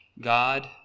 God